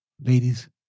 ladies